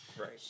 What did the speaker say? Right